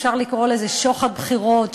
אפשר לקרוא לזה שוחד בחירות,